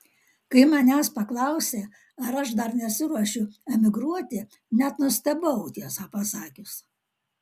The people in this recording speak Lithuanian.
kai manęs paklausė ar aš dar nesiruošiu emigruoti net nustebau tiesą pasakius